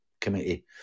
committee